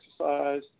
exercise